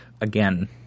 again